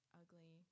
ugly